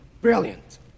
Brilliant